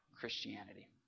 Christianity